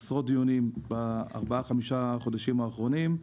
עשרות דיונים בחמשת החודשים האחרונים.